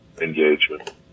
engagement